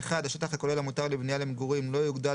(1)השטח הכולל המותר לבנייה למגורים לא יוגדל